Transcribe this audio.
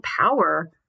power